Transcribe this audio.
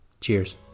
Cheers